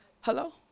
hello